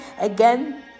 again